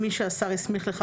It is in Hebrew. "(ה) מי שהשר הסמיך לכך,